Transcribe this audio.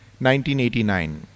1989